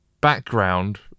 background